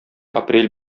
апрель